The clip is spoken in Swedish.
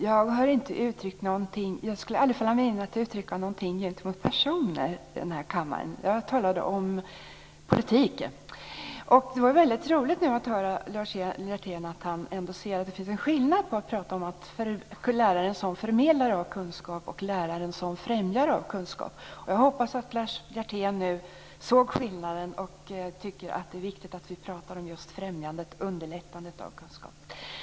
Fru talman! Det skulle aldrig falla mig in att uttrycka någonting gentemot personer i den här kammaren. Jag talade om politik. Det var väldigt roligt att höra av Lars Hjertén att han ändå ser att det finns en skillnad på att tala om läraren som förmedlare av kunskap och läraren som främjare av kunskap. Jag hoppas att Lars Hjertén nu såg skillnaden och tycker att det är viktigt att tala om just främjandet, underlättandet av kunskap.